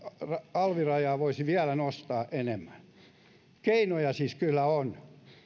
alvirajaa voisi vielä nostaa enemmän keinoja siis kyllä on